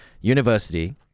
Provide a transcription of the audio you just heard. university